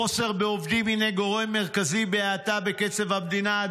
חוסר בעובדים הינו גורם מרכזי בהאטה בקצב הבנייה,